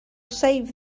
save